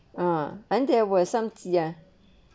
ah and there were some ya